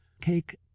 Cake